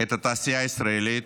את התעשייה הישראלית,